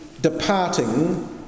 departing